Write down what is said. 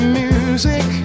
music